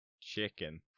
chicken